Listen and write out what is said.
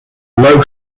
low